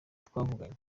twavuganye